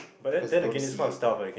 cause you don't see it